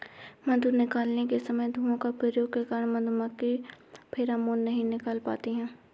मधु निकालते समय धुआं का प्रयोग के कारण मधुमक्खी फेरोमोन नहीं निकाल पाती हैं